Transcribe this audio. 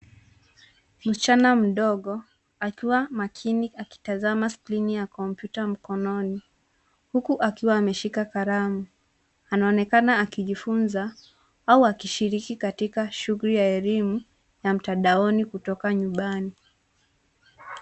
Msichana mdogo akiwa makini akitazama skrini ya kompyuta mkononi, huku akiwa ameshika kalamu. Anaonekana akijifunza au akishiriki katika shughuli ya elimu ya mtandaoni kutoka nyumbani.